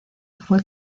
fue